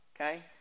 okay